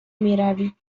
میروید